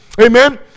Amen